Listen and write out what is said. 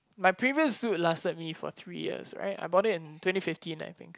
my previous suit lasted me for three years right I bought in twenty fifteen I think